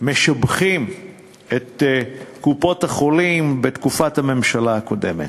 משבחים את קופות-החולים בתקופת הממשלה הקודמת.